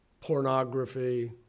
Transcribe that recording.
pornography